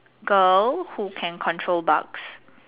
girl who can control Bugs